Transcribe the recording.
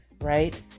right